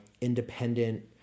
independent